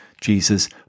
Jesus